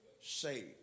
saved